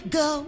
go